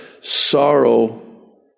sorrow